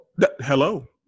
hello